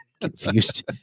Confused